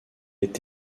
est